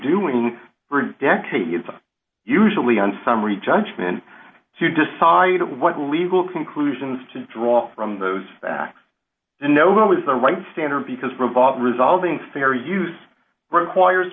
doing for decades usually on summary judgment to decide what legal conclusions to draw from those facts and no one with the right standard because revolve resulting fair use require